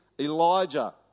Elijah